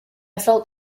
felt